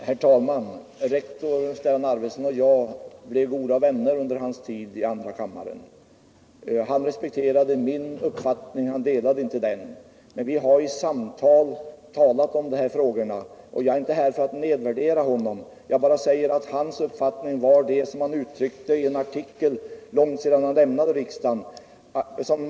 Herr talman! Rektor Stellan Arvidson och jag blev goda vänner under hans tid i andra kammaren. Han respekterade min uppfattning. Han delade den inte, men vi talade om dessa frågor. Jag vill inte nedvärdera honom —jag säger bara att hans uppfattning var det han uttryckte i en artikel långt efter det han lämnade riksdagen.